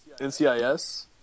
NCIS